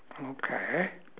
okay